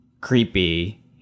creepy